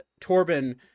Torben